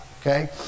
okay